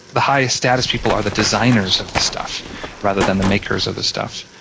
the highest status people are the designers of the stuff rather than the makers of the stuff.